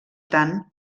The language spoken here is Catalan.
tant